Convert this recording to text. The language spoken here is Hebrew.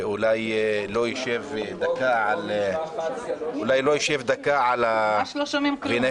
שאולי לא יצליח לנהל אפילו ישיבה אחת לאור התפזרות הכנסת,